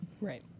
Right